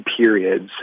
periods